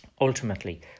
ultimately